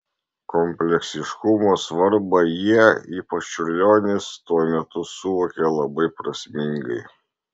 kompleksiškumo svarbą jie ypač čiurlionis tuo metu suvokė labai prasmingai